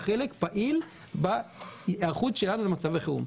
חלק פעיל בהיערכות שלנו למצבי חירום.